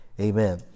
amen